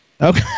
Okay